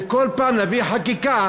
וכל פעם להביא חקיקה.